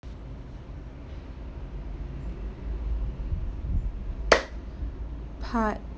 part